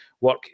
work